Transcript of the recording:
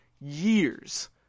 years